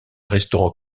restaurant